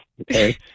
Okay